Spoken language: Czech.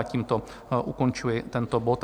Tímto ukončuji tento bod.